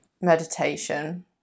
meditation